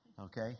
Okay